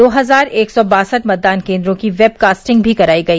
दो हजार एक सौ बासठ मतदान केन्द्रों की वेबकास्टिंग भी कराई गई